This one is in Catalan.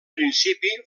principi